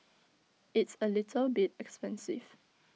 it's A little bit expensive